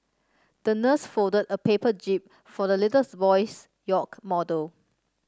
the nurse folded a paper jib for the little boy's yacht model